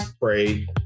Pray